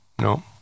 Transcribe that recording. no